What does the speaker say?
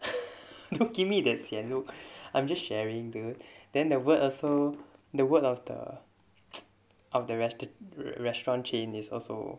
turkey meat that sia look I'm just sharing the then the also the word of the of the rest the restaurant chain is also